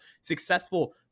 successful